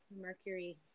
Mercury